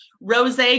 Rose